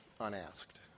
unasked